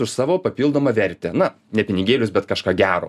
už savo papildomą vertę na ne pinigėlius bet kažką gero